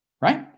right